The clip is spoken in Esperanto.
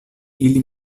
ili